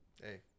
Hey